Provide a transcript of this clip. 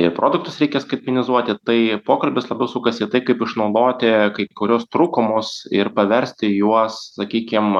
ir produktus reikia skaitmenizuoti tai pokalbis labiau sukasi į tai kaip išnaudoti kai kuriuos trūkumus ir paversti juos sakykim